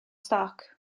stoc